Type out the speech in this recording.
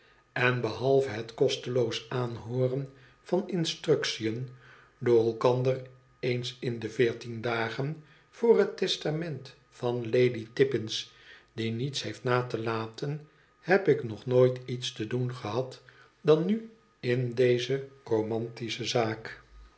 en behalve het kosteloos aanhooren van instructiën door elkander eens in de veertien dagen voor het testament van lady tippins die niets heeft na te laten heb ik nog nooit iets te doen gehad dan nu in deze romantische zaak